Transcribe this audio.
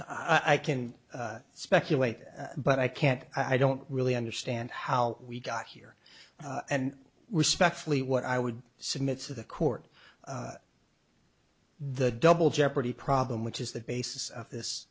kraus i can speculate but i can't i don't really understand how we got here and respectfully what i would submit to the court the double jeopardy problem which is the basis of this